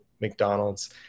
McDonald's